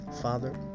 father